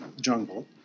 jungle